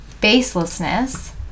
baselessness